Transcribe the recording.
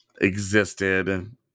existed